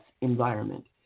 environment